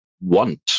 want